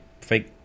fake